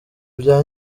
bya